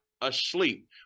asleep